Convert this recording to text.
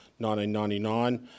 1999